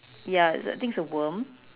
ya is it I think it's a worm